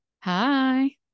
Hi